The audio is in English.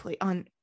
on